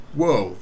whoa